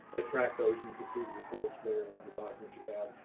i track those. and you can see the reports there in the document you have.